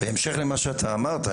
בהמשך למה שאתה אמרת,